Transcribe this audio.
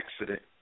accident